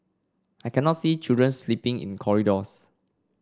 I cannot see children sleeping in corridors